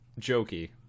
jokey